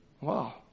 Wow